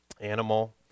animal